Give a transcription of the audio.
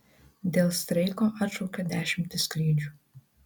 dėl streiko atšaukia dešimtis skrydžių